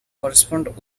correspond